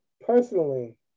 personally